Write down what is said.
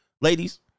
ladies